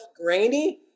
grainy